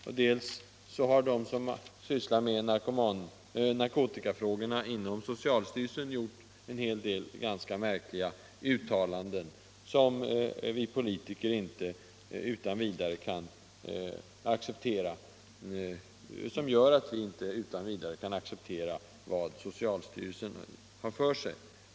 Och de som inom socialstyrelsen sysslar med narkotikafrågorna har gjort en del ganska märkliga uttalanden, varför vi politiker inte utan vidare kan acceptera vad socialstyrelsen säger.